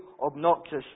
obnoxious